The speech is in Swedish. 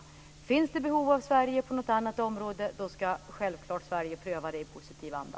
Om det finns behov av Sverige på något annat område, ska Sverige självfallet pröva det i positiv anda.